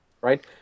Right